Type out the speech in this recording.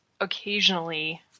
occasionally